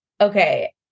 Okay